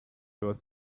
was